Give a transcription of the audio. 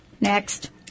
Next